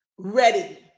ready